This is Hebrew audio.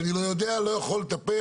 אני לא יודע ולא יכול לטפל,